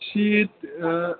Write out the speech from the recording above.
شیٖتھ